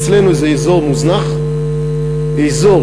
אצלנו זה אזור מוזנח, אזור